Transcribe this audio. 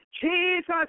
Jesus